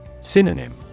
Synonym